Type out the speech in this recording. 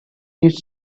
his